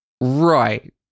Right